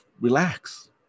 relax